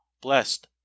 Blessed